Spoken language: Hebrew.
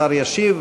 השר ישיב,